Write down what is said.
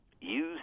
Use